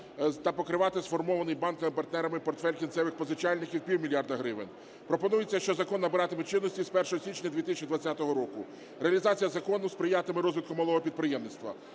та покривати сформований банками-партнерами портфель кінцевих позичальників - півмільярда гривень. Пропонується, що закон набиратиме чинності з 1 січня 2020 року. Реалізація закону сприятиме розвитку малого підприємництва.